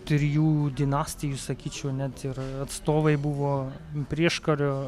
trijų dinastijų sakyčiau net ir atstovai buvo prieškario